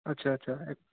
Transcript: আচ্ছা আচ্ছা এক